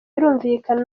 birumvikana